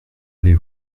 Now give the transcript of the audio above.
allez